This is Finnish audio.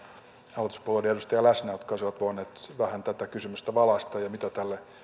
hallituspuolueiden edustajia läsnä jotka olisivat voineet vähän tätä kysymystä valaista ja sitä mitä tälle